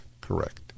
Correct